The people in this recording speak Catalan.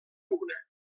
una